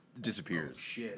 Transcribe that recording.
disappears